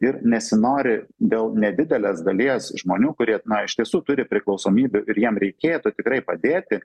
ir nesinori dėl nedidelės dalies žmonių kurie iš tiesų turi priklausomybių ir jiem reikėtų tikrai padėti